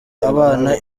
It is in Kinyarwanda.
abana